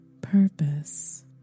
purpose